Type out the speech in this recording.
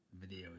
video